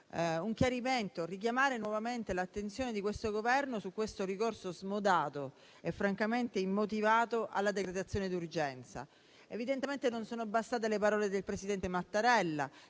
in premessa, per richiamare nuovamente l'attenzione di questo Governo sul suo ricorso smodato - e, francamente, immotivato - alla decretazione d'urgenza. Evidentemente non sono bastate le parole del presidente Mattarella,